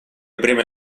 бремя